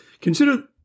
consider